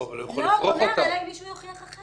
תהיה אפשרות לפני הכניסה, שעוד מישהו יחשוב.